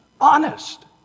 honest